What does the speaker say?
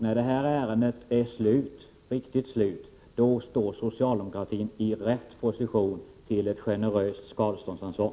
När ärendet är riktigt slut står socialdemokratin i rätt position till ett generöst skadeståndsansvar.